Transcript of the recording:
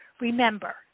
remember